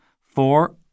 four